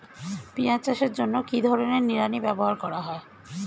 পিঁয়াজ চাষের জন্য কি ধরনের নিড়ানি ব্যবহার করা হয়?